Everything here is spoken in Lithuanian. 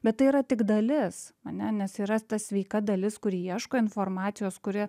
bet tai yra tik dalis ane nes yra ta sveika dalis kuri ieško informacijos kuri